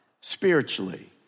spiritually